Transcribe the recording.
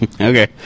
Okay